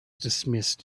dismissed